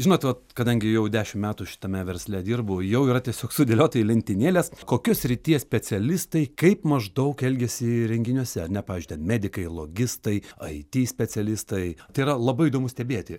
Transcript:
žinot vat kadangi jau dešim metų šitame versle dirbu jau yra tiesiog sudėliota į lentynėles kokios srities specialistai kaip maždaug elgiasi renginiuose ar ne pavyzdžiui ten medikai logistai ai ty specialistai tai yra labai įdomu stebėti